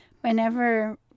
whenever